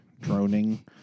droning